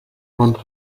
monte